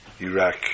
Iraq